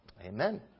Amen